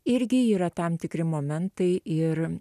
irgi yra tam tikri momentai ir